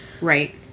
Right